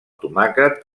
tomàquet